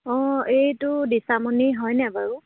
অঁ এইটো দিচামণি হয়নে বাৰু